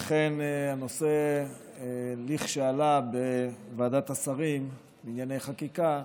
לכן כשעלה הנושא בוועדת השרים לענייני חקיקה,